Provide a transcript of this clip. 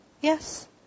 Yes